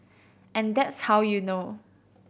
and that's how you know